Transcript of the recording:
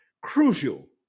crucial